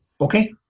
Okay